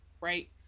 right